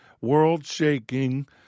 world-shaking